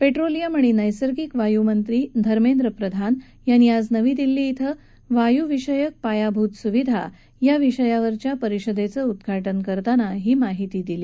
petroleum आणि नैसर्गिक वायूमंत्री धर्मेंद्र प्रधान यांनी आज नवी दिल्ली क्वें वायूविषयक पायाभूत सुविधा या विषयावरच्या परिषदेचं उद्घाटन करताना ही माहिती दिली